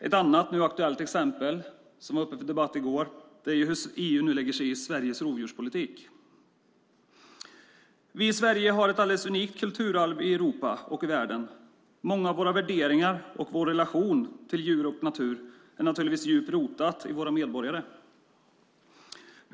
Ett annat nu aktuellt exempel som var uppe till debatt i går är hur EU nu lägger sig i Sveriges rovdjurspolitik. Vi i Sverige har ett alldeles unikt kulturarv i Europa och världen. Många av våra värderingar och vår relation till djur och natur är djupt rotade i våra medborgare.